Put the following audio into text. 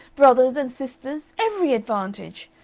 brothers and sisters, every advantage!